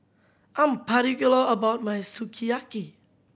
I'm particular about my Sukiyaki